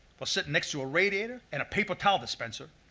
while sittin' next to a radiator and a paper towel dispenser,